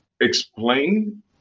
explain